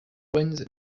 wins